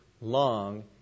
long